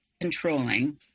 controlling